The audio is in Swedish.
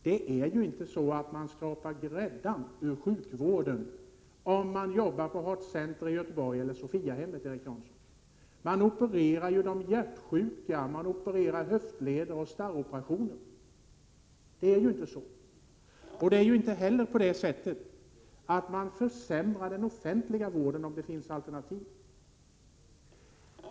Det är inte heller så att man vill skumma grädden av sjukvården om man arbetar på Heart Center i Göteborg eller på Sophiahemmet, Erik Janson, utan man opererar ju hjärtsjuka och man opererar höftleder och gör starroperationer. Man försämrar heller inte den offentliga vården med sådana alternativ.